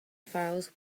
files